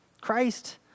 christ